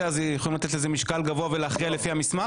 יכולים לתת לזה משקל גבוה ולהכריע לפי המסמך?